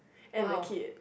and the kid